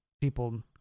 people